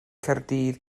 caerdydd